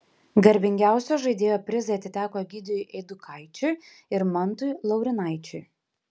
garbingiausio žaidėjo prizai atiteko egidijui eidukaičiui ir mantui laurynaičiui